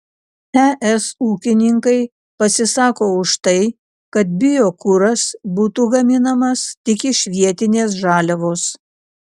es ūkininkai pasisako už tai kad biokuras būtų gaminamas tik iš vietinės žaliavos